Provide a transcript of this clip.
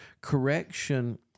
Correction